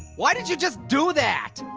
why did you just do that?